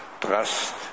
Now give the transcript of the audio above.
trust